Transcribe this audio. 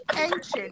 Ancient